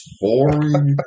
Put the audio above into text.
boring